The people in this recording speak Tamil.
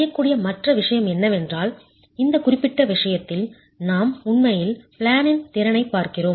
செய்யக்கூடிய மற்ற விஷயம் என்னவென்றால் இந்த குறிப்பிட்ட விஷயத்தில் நாம் உண்மையில் பிளேனின் திறனைப் பார்க்கிறோம்